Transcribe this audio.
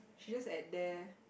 she's just at there